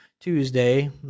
Tuesday